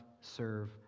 serve